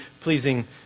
pleasing